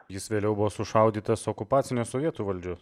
jis vėliau buvo sušaudytas okupacinės sovietų valdžios